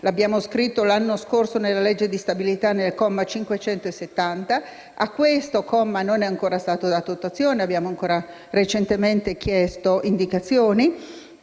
L'abbiamo scritto l'anno scorso nella legge di stabilità, all'articolo 1, comma 570; a questo comma non è ancora stata data attuazione (abbiamo recentemente chiesto indicazioni).